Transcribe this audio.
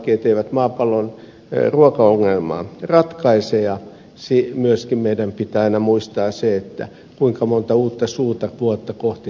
gmo lajikkeet eivät maapallon ruokaongelmaa ratkaise ja meidän pitää myöskin aina muistaa se kuinka monta uutta suuta vuotta kohti tänne tulee